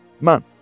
man